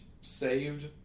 saved